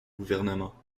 gouvernements